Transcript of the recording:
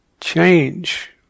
change